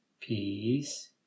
peace